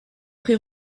pré